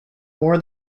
more